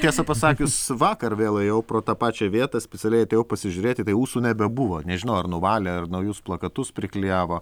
tiesą pasakius vakar vėl ėjau pro tą pačią vietą specialiai atėjau pasižiūrėti tai ūsų nebebuvo nežinau ar nuvalė ar naujus plakatus priklijavo